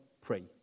pray